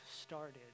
started